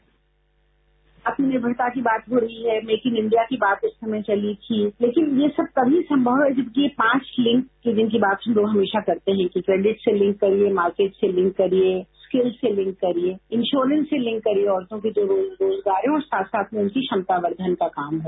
sound bite आत्मनिर्भरता की बात हो रही है मेकिंग इन इंडिया की बात एक समय चली थी लेकिन ये सब तभी संमव है जबकि ये पांच लिंक जिनकी बातचीत वे हमेशा करते हैं कि क्रेडिट लिंक करिए मार्किट से लिंक करिए स्किल से लिंक करिए इंश्योरेंस से लिंक करिए औरतों के जो रोजगार हैं और साथ साथ में उनकी क्षमतावर्धन पर काम हो